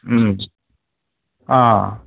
अ